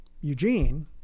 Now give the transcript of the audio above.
Eugene